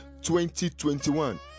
2021